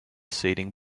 seating